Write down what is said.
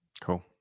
Cool